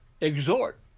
exhort